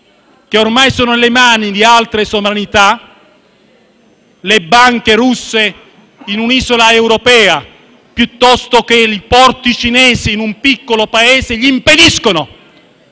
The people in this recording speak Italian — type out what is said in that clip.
che ormai sono nelle mani di altre sovranità: le banche russe in un'isola europea piuttosto che i porti cinesi in un piccolo Paese che impediscono